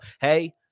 Hey